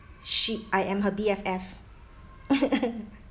she I am her B_F_F